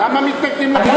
למה מתנגדים לחוק הזה?